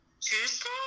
Tuesday